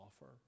offer